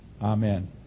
amen